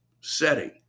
setting